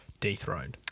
dethroned